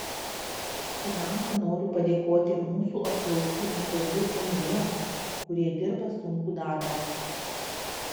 pirmiausia noriu padėkoti mūsų apklausų interviu ėmėjams kurie dirba sunkų darbą